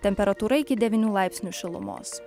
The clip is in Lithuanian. temperatūra iki devynių laipsnių šilumos